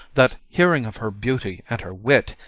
that, hearing of her beauty and her wit,